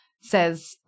says